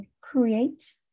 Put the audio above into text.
create